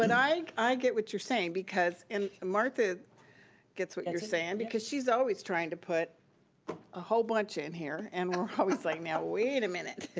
and i i get what you're saying because and martha gets what you're saying because she's always trying to put a whole bunch in here and we're always like now wait a minute.